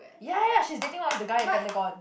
ya ya she is dating one of the guy in Pentagon